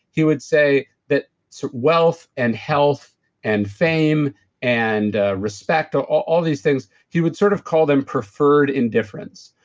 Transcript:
he would say that so wealth and health and fame and respect, ah all these things. he would sort of call them preferred indifference.